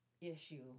issue